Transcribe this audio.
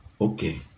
Okay